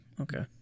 Okay